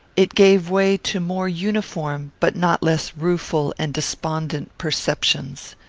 it gave way to more uniform but not less rueful and despondent perceptions.